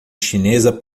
chinesa